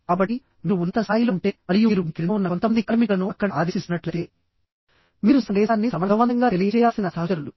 కాబట్టి మీరు ఉన్నత స్థాయిలో ఉంటే మరియు మీరు మీ క్రింద ఉన్న కొంతమంది కార్మికులను అక్కడ ఆదేశిస్తున్నట్లయితే మీరు సందేశాన్ని సమర్థవంతంగా తెలియజేయాల్సిన సహచరులు